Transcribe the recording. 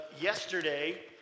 Yesterday